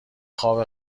خواب